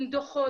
עם דו"חות.